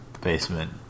basement